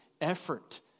effort